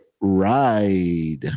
ride